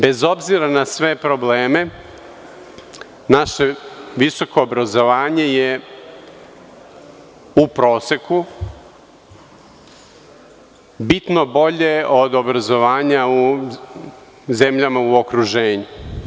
Bez obzira na sve probleme, naše visoko obrazovanje je u proseku bitno bolje od obrazovanja u zemljama u okruženju.